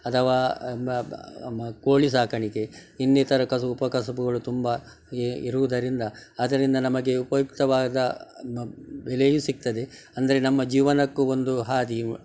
ಅಥವಾ ಕೋಳಿ ಸಾಕಾಣಿಕೆ ಇನ್ನಿತರ ಕಸಬು ಉಪಕಸಬುಗಳು ತುಂಬ ಇರುವುದರಿಂದ ಅದರಿಂದ ನಮಗೆ ಉಪಯುಕ್ತವಾದ ಬೆಲೆಯು ಸಿಗ್ತದೆ ಅಂದರೆ ನಮ್ಮ ಜೀವನಕ್ಕೂ ಒಂದು ಹಾದಿ